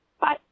Bye